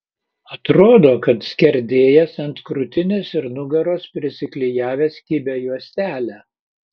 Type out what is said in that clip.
atrodo kad skerdėjas ant krūtinės ir nugaros prisiklijavęs kibią juostelę